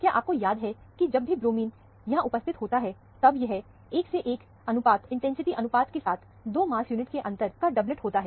क्या आपको याद है कि जब भी ब्रोमीन यहां उपस्थित होता है तब यह 11 इंटेंसिटी अनुपात के साथ 2 मास यूनिट के अंतर का डबलेट होता है